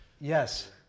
Yes